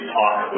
talk